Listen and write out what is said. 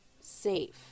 safe